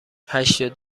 هشتاد